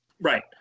right